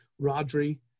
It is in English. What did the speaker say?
Rodri